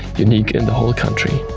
unique in the whole country.